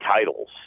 titles